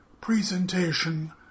presentation